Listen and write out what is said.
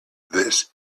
this